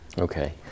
Okay